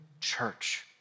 church